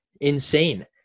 insane